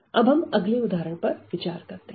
अब हम अगले उदाहरण पर विचार करते हैं